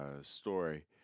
story